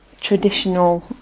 traditional